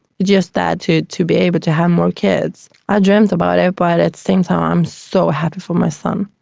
just that to to be able to have more kids. i dreamt about it but at the same time i'm so happy for my son.